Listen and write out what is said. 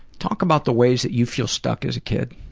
talk about the ways that you feel stuck as a kid.